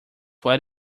what